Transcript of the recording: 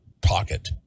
pocket